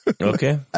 Okay